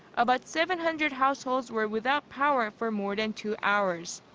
about seven hundred households were without power for more than two hours.